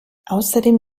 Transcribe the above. außerdem